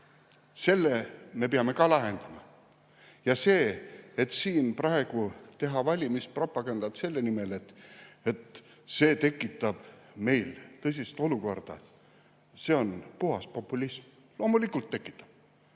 Selle me peame lahendama. Ja see, et siin praegu teha valimispropagandat selle nimel ja [rääkida], et see tekitab meil tõsise olukorra – see on puhas populism. Loomulikult tekitab!